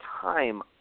time